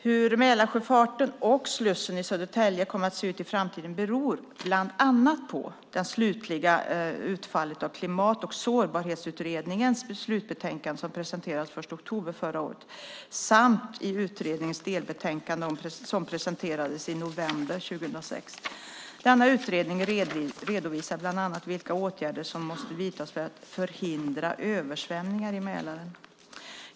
Hur Mälarsjöfarten och slussen i Södertälje kommer att se ut i framtiden beror bland annat på det slutliga utfallet av Klimat och sårbarhetsutredningens slutbetänkande som presenterades den 1 oktober förra året samt i utredningens delbetänkande som presenterades i november 2006. Denna utredning redovisar bland annat vilka åtgärder som måste vidtas för att förhindra översvämningar i Mälaren.